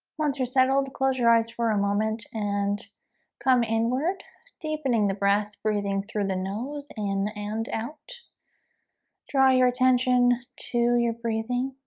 once you're settled close your eyes for a moment and come inward deepening the breath breathing through the nose and and out draw your attention to your breathing